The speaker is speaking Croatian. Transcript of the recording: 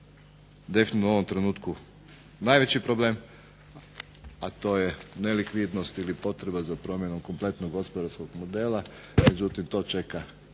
definitivno u ovom trenutku najveći problem, a to je nelikvidnost ili potreba za promjenom kompletnog gospodarskog modela. Međutim, to čeka